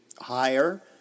higher